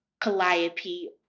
Calliope